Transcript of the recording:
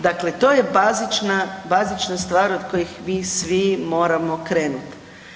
Dakle to je bazična stvar od kojih mi svi moramo krenuti.